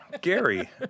Gary